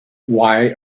why